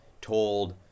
told